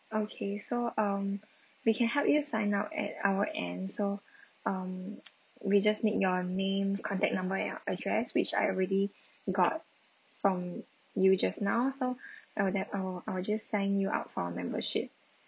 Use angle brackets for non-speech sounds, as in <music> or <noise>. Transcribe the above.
okay so um we can help you sign up at our end so um we just need your name contact number ya address which I already got from you just now so <breath> or that I'll I'll just sign you up for our membership